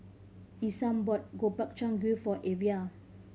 Isam brought Gobchang Gui for Evia